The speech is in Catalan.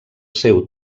seu